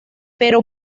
pero